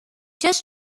just